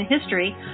history